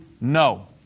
no